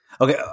Okay